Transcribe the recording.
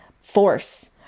force